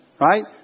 right